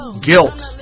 guilt